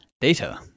data